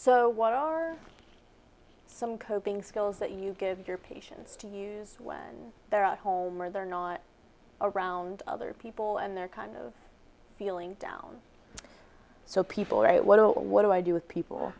so what are some coping skills that you give your patients to use when they're out home or they're not around other people and they're kind of feeling down so people write what what do i do with